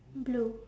blue